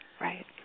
Right